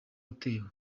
utewe